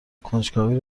کنجکاوی